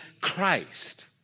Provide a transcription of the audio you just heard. Christ